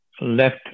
left